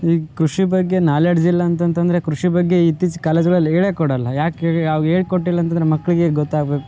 ಈಗ ಕೃಷಿ ಬಗ್ಗೆ ನಾಲೆಡ್ಜ್ ಇಲ್ಲಾಂತ ಅಂತಂತಂದ್ರೆ ಕೃಷಿ ಬಗ್ಗೆ ಇತ್ತೀಚಿಗೆ ಕಾಲೇಜ್ಗಳಲ್ಲಿ ಹೇಳೇ ಕೊಡೋಲ್ಲ ಯಾಕೆ ಅವ್ರು ಹೇಳ್ ಕೊಟ್ಟಿಲ್ಲಂತಂದರೆ ನಮ್ಮ ಮಕ್ಳಿಗೆ ಹೇಗ್ ಗೊತ್ತಾಗಬೇಕು